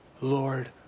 Lord